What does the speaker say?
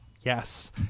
yes